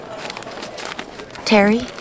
Terry